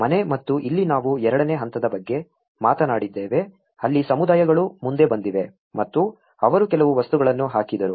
ಮನೆ ಮತ್ತು ಇಲ್ಲಿ ನಾವು ಎರಡನೇ ಹಂತದ ಬಗ್ಗೆ ಮಾತನಾಡಿದ್ದೇವೆ ಅಲ್ಲಿ ಸಮುದಾಯಗಳು ಮುಂದೆ ಬಂದಿವೆ ಮತ್ತು ಅವರು ಕೆಲವು ವಸ್ತುಗಳನ್ನು ಹಾಕಿದರು